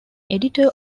editor